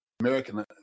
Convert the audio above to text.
American